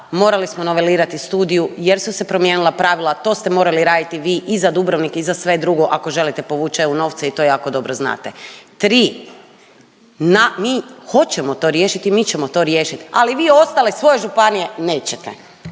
morali smo novelirati studiju jer su se promijenila pravila, a to ste morali raditi i vi i za Dubrovnik i za sve drugo, ako želite povući EU novce i to jako dobro znate. Tri, na, mi hoćemo to riješiti i mi ćemo to riješiti. Ali vi ostale svoje županije nećete!